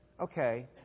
Okay